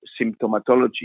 symptomatology